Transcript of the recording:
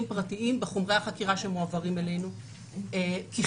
פרטיים בחומרי החקירה שמועברים אלינו ככלל.